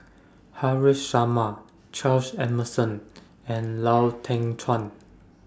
Haresh Sharma Charles Emmerson and Lau Teng Chuan